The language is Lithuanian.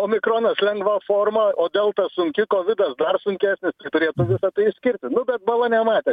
omikronas lengva forma o delta sunki kovidas dar sunkesnis tai turėtų visa tai išskirti nu bet bala nematė